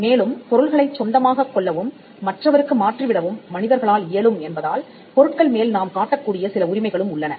மேலும் பொருள்களைச் சொந்தமாகக் கொள்ளவும் மற்றவருக்கு மாற்றி விடவும் மனிதர்களால் இயலும் என்பதால் பொருட்கள் மேல் நாம் காட்டக்கூடிய சில உரிமைகளும் உள்ளன